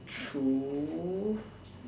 true